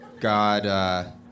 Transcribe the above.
God